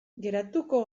geratuko